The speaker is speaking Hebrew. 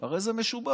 הרי זה משובח.